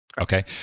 Okay